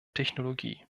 technologie